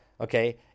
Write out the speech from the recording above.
Okay